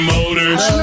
Motors